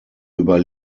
über